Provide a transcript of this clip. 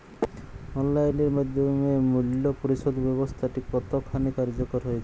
Online এর মাধ্যমে মূল্য পরিশোধ ব্যাবস্থাটি কতখানি কার্যকর হয়েচে?